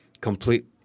complete